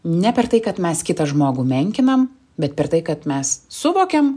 ne per tai kad mes kitą žmogų menkinam bet per tai kad mes suvokėm